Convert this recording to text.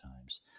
times